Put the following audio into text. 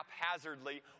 haphazardly